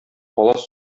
палас